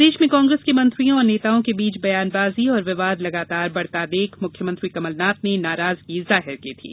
प्रदेश में कांग्रेस के मंत्रियों और नेताओं के बीच बयानबाजी और विवाद लगातार बढता देख मुख्यमंत्री कमलनाथ ने नाराजगी जाहिर की थी